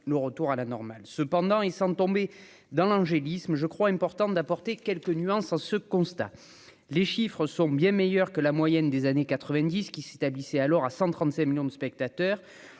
le retour à la normale, cependant il sans tomber dans l'angélisme, je crois, importante d'apporter quelques nuances ce constat, les chiffres sont bien meilleurs que la moyenne des années 90 qui s'établissait alors à 135 millions de spectateurs,